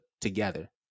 together